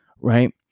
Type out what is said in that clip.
Right